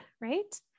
right